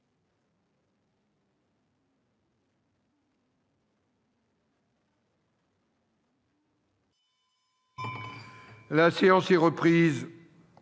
La séance est reprise.